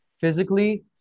physically